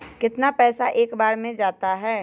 कितना पैसा एक बार में जाता है?